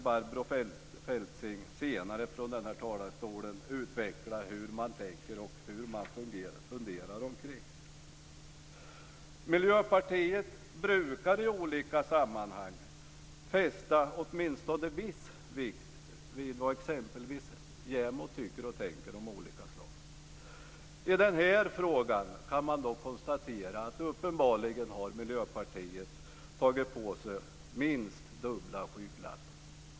Barbro Feltzing kanske senare från talarstolen kan utveckla hur man tänker och funderar kring detta. Miljöpartiet brukar i olika sammanhang fästa åtminstone viss vikt vid vad exempelvis JämO tycker och tänker om olika saker. I denna fråga kan man dock konstatera att Miljöpartiet uppenbarligen har tagit på sig minst dubbla skygglappar.